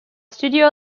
studio